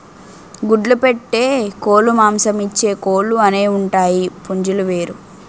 గుడ్లు పెట్టే కోలుమాంసమిచ్చే కోలు అనేవుంటాయి పుంజులు వేరు